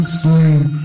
sleep